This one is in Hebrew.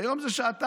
היום זה שעתיים.